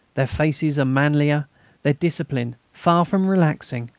their faces are manlier their discipline, far from relaxing,